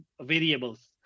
variables